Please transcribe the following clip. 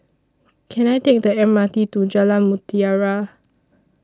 Can I Take The M R T to Jalan Mutiara